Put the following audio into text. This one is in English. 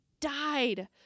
died